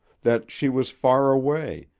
that she was far away,